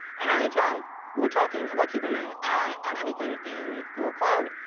and any time we're talking about keeping an eye on anything in google cloud,